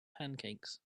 pancakes